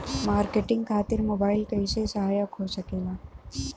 Marketing खातिर mobile कइसे सहायक हो सकेला?